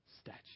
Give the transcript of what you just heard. statue